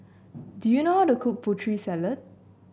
do you know how to cook Putri Salad